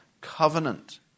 covenant